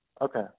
Okay